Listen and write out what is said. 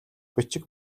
бичиг